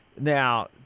Now